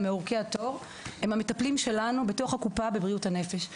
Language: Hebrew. מאורכי התור הם המטפלים שלנו בתוך הקופה בבריאות הנפש.